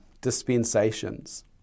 dispensations